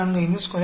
452 X 4